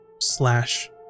slash